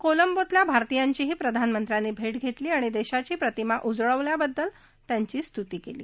कोलंबोतल्या भारतीययांची प्रधानमंत्र्यांनी भट्ट घरतली आणि दक्षीची प्रतिमा उजळवल्याबद्दल त्यांची स्तुती क्ली